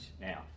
now